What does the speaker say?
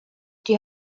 die